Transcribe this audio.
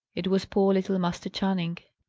it was poor little master channing.